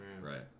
right